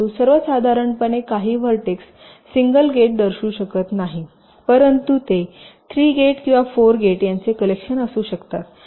परंतु सर्वसाधारणपणे काही व्हर्टेक्स सिंगल गेट दर्शवू शकत नाहीत परंतु ते 3 गेट किंवा 4 गेट यांचे कलेक्शन असू शकतात